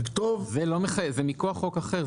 זה מכוח חוק אחר,